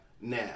now